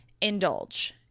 indulge